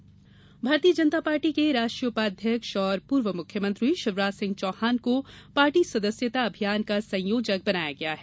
शिवराज जिम्मेदारी भारतीय जनता पार्टी के राष्ट्रीय उपाध्यक्ष एवं पूर्व मुख्यमंत्री शिवराज सिंह चौहान को पार्टी सदस्यता अभियान का संयोजक बनाया गया है